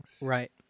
Right